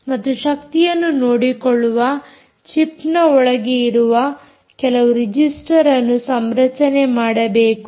ಮತ್ತು ಶಕ್ತಿಯನ್ನು ನೋಡಿಕೊಳ್ಳುವ ಚಿಪ್ ನ ಒಳಗೆ ಇರುವ ಕೆಲವು ರಿಜಿಸ್ಟರ್ ಅನ್ನು ಸಂರಚನೆ ಮಾಡಬೇಕು